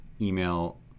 email